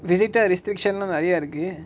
visitor restriction lah நெரய இருக்கு:neraya iruku